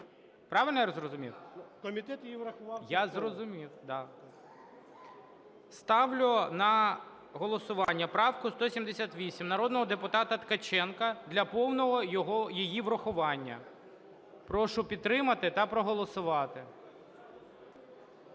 врахував… ГОЛОВУЮЧИЙ. Я зрозумів, да. Ставлю на голосування правку 178 народного депутата Ткаченка для повного її врахування. Прошу підтримати та проголосувати.